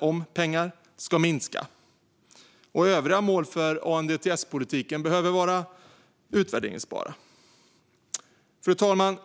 om pengar, ska minska. Och övriga mål för ANDTS-politiken behöver vara utvärderingsbara. Fru talman!